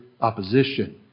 opposition